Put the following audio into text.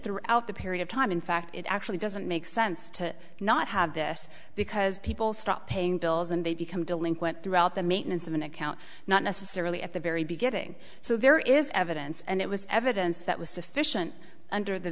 throughout the period of time in fact it actually doesn't make sense to not have this because people stop paying bills and they become delinquent throughout the maintenance of an account not necessarily at the very beginning so there is evidence and it was evidence that was sufficient under the